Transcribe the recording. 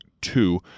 two